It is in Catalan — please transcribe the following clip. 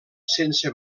sense